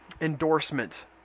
endorsement